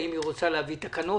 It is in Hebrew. האם היא רוצה להביא תקנות.